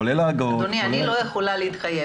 כולל האגרות --- אדוני אני לא יכולה להתחייב